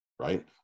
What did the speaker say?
right